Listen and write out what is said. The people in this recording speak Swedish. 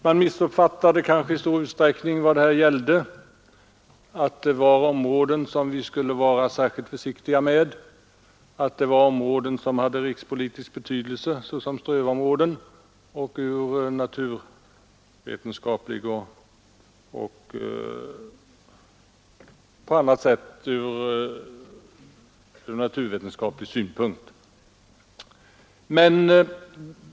Man missuppfattade kanske i stor utsträckning vad det härvid gällde, nämligen att detta var områden som vi skulle vara särskilt försiktiga med, eftersom de har rikspolitisk betydelse t.ex. som strövområden eller såsom objekt för naturvetenskaplig forskning.